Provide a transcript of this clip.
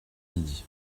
midi